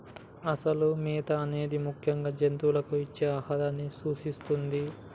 అసలు మేత అనేది ముఖ్యంగా జంతువులకు ఇచ్చే ఆహారాన్ని సూచిస్తుంది